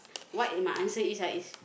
what in my answer is ah is